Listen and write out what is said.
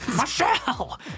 michelle